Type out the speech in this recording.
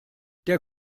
der